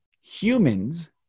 humans